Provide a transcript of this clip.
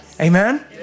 Amen